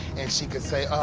and she can say,